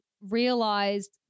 realized